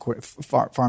farm